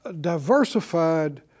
diversified